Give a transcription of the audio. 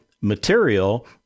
material